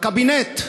הקבינט.